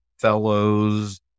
fellows